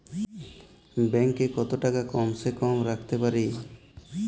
Bank এ কত টাকা কম সে কম রাখতে পারি?